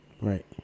Right